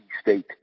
State